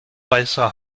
weißer